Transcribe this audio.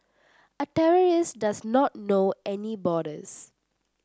a terrorist does not know any borders